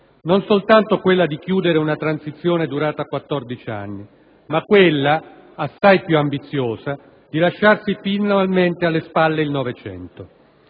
non soltanto quella di chiudere una transizione durata quattordici anni, ma quella, assai più ambiziosa, di lasciarsi finalmente alle spalle il Novecento.